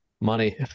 Money